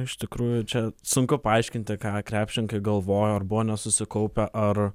iš tikrųjų čia sunku paaiškinti ką krepšininkai galvojo ar buvo nesusikaupę ar